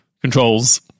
controls